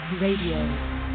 RADIO